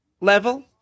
level